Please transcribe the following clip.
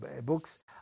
books